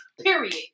Period